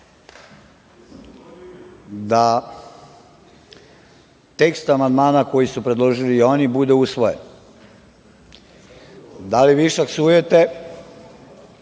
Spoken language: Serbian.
da tekst amandmana, koji su predložili oni, bude usvojen. Da li višak suete